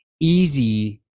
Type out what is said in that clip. easy